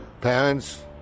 parents